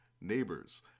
neighbors